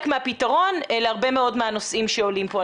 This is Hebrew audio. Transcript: מהפתרון להרבה מאוד מהנושאים שעולים פה,